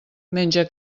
menja